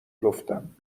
گفتم